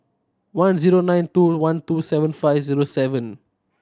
one zero nine two one two seven five zero seven